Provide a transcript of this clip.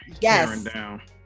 Yes